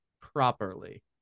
properly